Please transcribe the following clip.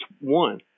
one